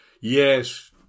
Yes